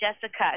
jessica